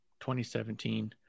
2017